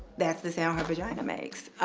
that's the sound her vagina makes.